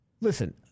Listen